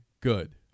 good